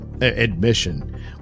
admission